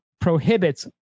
prohibits